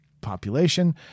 population